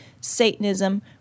Satanism